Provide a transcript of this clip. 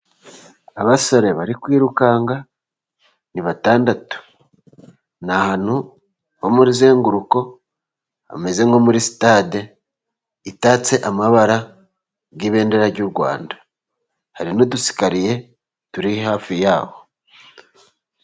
Abasore bari kwirukanka ni batandatu, n'ahantu h'umuzenguruko hameze nko muri sitade, itatse amabara y'ibendera ry'u Rwanda, hari n'udusikariye turi hafi yaho.